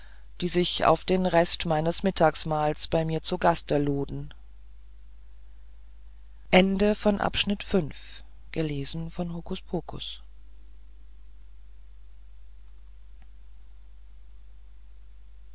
welche sich auf den rest meines mittagmahls bei mir zu gaste luden